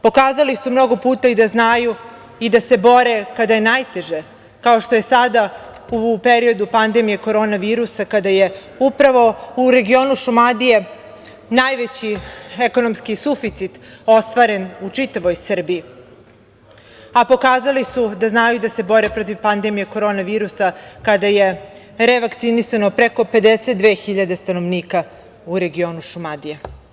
Pokazali su mnogo puta i da znaju i da se bore kada je najteže, kao što je sada u periodu pandemije korona virusa, kada je u regionu Šumadije najveći ekonomski suficit ostvaren u čitavoj Srbiji, a pokazali su da znaju da se bore protiv pandemije korona virusa kada je revakcinisamo preko 52.000 stanovnika u regionu Šumadije.